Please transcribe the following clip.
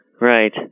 right